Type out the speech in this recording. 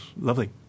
lovely